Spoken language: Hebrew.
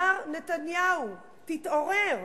מר נתניהו, תתעורר,